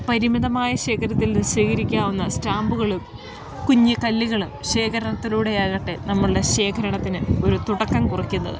പരിമിതമായ ശേഖരിത്തിൽ നിന്ന് ശേഖരിക്കാവുന്ന സ്റ്റാമ്പുകളും കുഞ്ഞ് കല്ല്കള് ശേഖരണത്തിലൂടെയാകട്ടെ നമ്മളുടെ ശേഖരണത്തിന് ഒരു തുടക്കം കുറിക്കുന്നത്